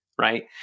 right